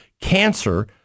cancer